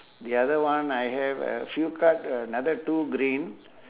the other one I have uh few card uh another two green